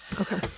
Okay